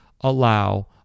allow